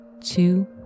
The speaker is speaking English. two